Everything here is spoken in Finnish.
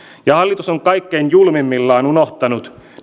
ja hallitus on kaikkein julmimmillaan unohtanut